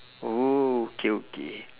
oh okay okay